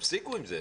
תפסיקו עם זה.